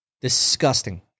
disgusting